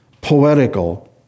poetical